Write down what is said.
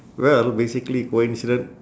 well basically coincident